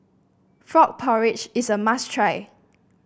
Frog Porridge is a must try